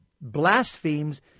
blasphemes